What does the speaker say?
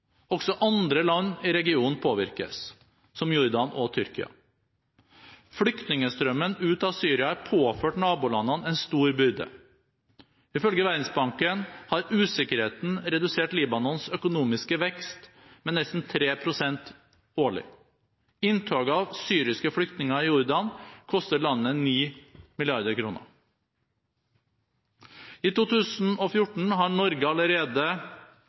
Også andre land i regionen påvirkes, som Jordan og Tyrkia. Flyktningstrømmen ut av Syria er påført nabolandene en stor byrde. Ifølge Verdensbanken har usikkerheten redusert Libanons økonomiske vekst med nesten 3 pst. årlig. Inntoget av syriske flyktninger i Jordan koster landet 9 mrd. kr. I 2014 har Norge allerede